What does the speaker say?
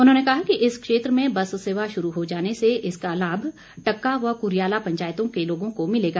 उन्होंने कहा कि इस क्षेत्र में बस सेवा शुरू हो जाने से इसका लाभ टक्का व कुरियाला पंचायतों के लोगों को मिलेगा